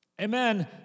Amen